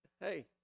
Hey